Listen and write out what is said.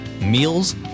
meals